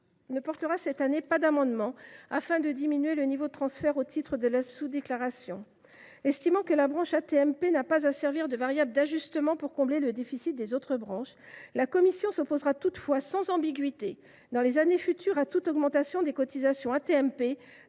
ne défendra pas d’amendement visant à diminuer le niveau du transfert au titre de la sous déclaration. Estimant que la branche AT MP n’a pas à servir de variable d’ajustement pour combler le déficit des autres branches, la commission s’opposera toutefois sans ambiguïté, dans les années futures, à toute augmentation des cotisations AT MP